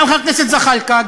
גם חבר הכנסת זחאלקה,